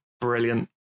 Brilliant